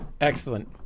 Excellent